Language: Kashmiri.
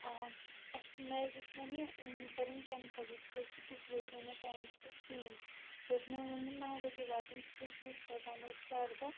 آ اَسہِ مےٚ حظ ٲس وَنۍ یہِ کَرٕنۍ کٮ۪نسَل یی تِکیٛازِکہِ تُہۍ وٲتِو نہٕ ٹایمَس پٮ۪ٹھ کِہیٖنۍ تُہۍ اوس مےٚ ووٚنمُت نَو بَجے واتٕنۍ تہٕ تُہۍ چھُو پَگاہ اورٕ ساڑٕ داہ